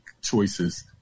choices